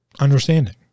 understanding